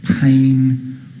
pain